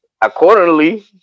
Accordingly